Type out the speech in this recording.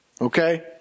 okay